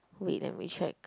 wait let me check